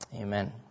Amen